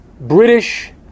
British